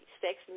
sex